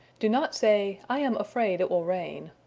do not say, i am afraid it will rain.